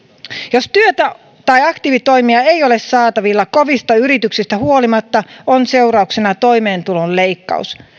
jos työtä tai aktiivitoimia ei ole saatavilla kovista yrityksistä huolimatta on seurauksena toimeentulon leikkaus